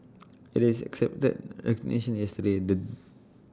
IT is accepted resignation yesterday the